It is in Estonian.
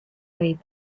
võib